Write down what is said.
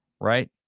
Right